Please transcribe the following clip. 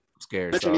Scared